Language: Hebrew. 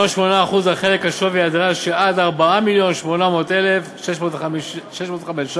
8% על חלק שווי הדירה שעד 4 מיליון ו-800,605 ש"ח